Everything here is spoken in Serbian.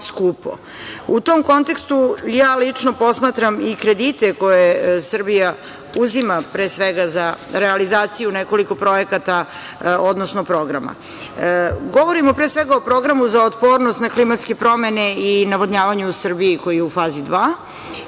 U tom kontekstu, ja lično posmatram i kredite koje Srbija uzima, pre svega za realizaciju nekoliko projekata, odnosno programa. Govorimo pre svega o programu za otpornost na klimatske promene i navodnjavanje u Srbiji, koji je u fazi 2.